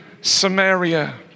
Samaria